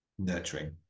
nurturing